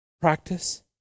practice